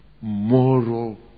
moral